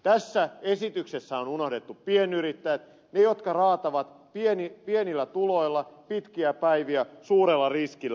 tässä esityksessä on unohdettu pienyrittäjät ne jotka raatavat pienillä tuloilla pitkiä päiviä suurella riskillä